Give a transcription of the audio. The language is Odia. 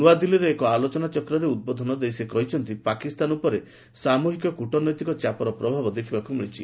ନୂଆଦିଲ୍ଲୀରେ ଏକ ଆଲୋଚନାଚକ୍ରରେ ଉଦ୍ବୋଧନ ଦେଇ ସେ କହିଛନ୍ତି ପାକିସ୍ତାନ ଉପରେ ସାମୁହିକ କୃଟନୈତିକ ଚାପର ପ୍ରଭାବ ଦେଖିବାକୁ ମିଳିଛି